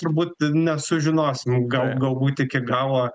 turbūt nesužinosim gal galbūt iki galo